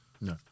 no